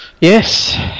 Yes